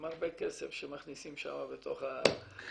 עם הרבה כסף שמכניסים שם בכל